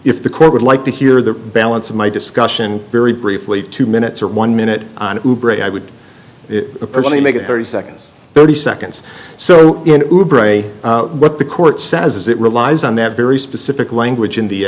if the court would like to hear the balance of my discussion very briefly two minutes or one minute and i would personally make it thirty seconds thirty seconds so what the court says is it relies on that very specific language in the